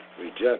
reject